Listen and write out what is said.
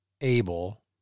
able